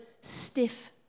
stiff